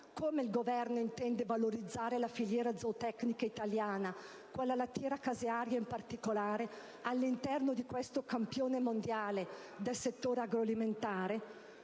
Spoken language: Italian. Governo come intende valorizzare la filiera zootecnica italiana, quella lattiera-casearia in particolare, all'interno di questo campione mondiale del settore agroalimentare?